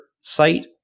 site